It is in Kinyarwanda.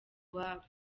iwabo